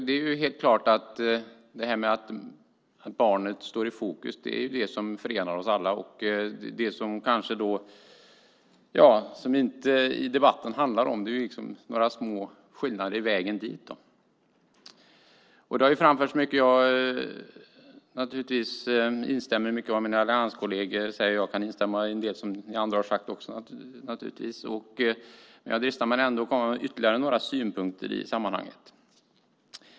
Det är helt klart att detta med barnet i fokus förenar oss alla. Vad debatten handlar om är några små skillnader när det gäller vägen dit. Mycket har alltså redan framförts här. Naturligtvis instämmer jag i mycket av det som mina allianskolleger sagt och givetvis även i en del av det som ni andra har sagt. Dock dristar jag mig till att komma med ytterligare några synpunkter i sammanhanget.